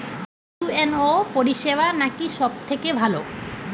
UNO পরিসেবা নাকি সব থেকে ভালো?